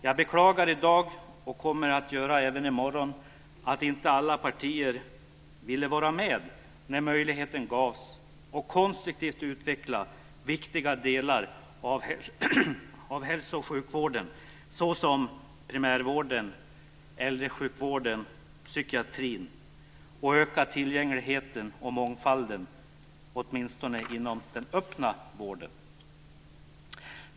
Jag beklagar i dag liksom jag kommer att göra i morgon att inte alla partier ville vara med när det gavs möjlighet att konstruktivt utveckla viktiga delar av hälso och sjukvården, såsom primärvården, äldresjukvården och psykiatrin, och att öka tillgängligheten och mångfalden åtminstone inom den öppna vården.